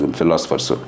philosophers